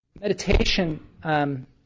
meditation